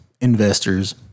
investors